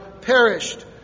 perished